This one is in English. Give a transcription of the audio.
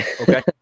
Okay